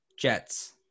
Jets